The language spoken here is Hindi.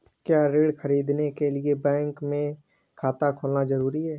क्या ऋण ख़रीदने के लिए बैंक में खाता होना जरूरी है?